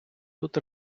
тут